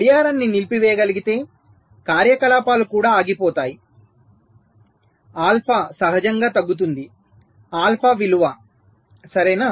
గడియారాన్ని నిలిపివేయగలిగితే కార్యకలాపాలు కూడా ఆగిపోతాయి ఆల్ఫా సహజంగా తగ్గుతుంది ఆల్ఫా విలువ సరేనా